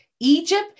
Egypt